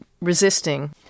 resisting